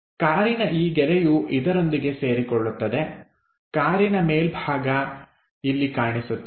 ಕಾರಿನ ಈ ಗೆರೆಯು ಇದರೊಂದಿಗೆ ಸೇರಿಕೊಳ್ಳುತ್ತದೆ ಕಾರಿನ ಮೇಲ್ಬಾಗ ಇಲ್ಲಿ ಕಾಣಿಸುತ್ತದೆ